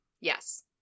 Yes